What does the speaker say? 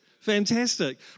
Fantastic